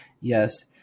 yes